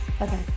Okay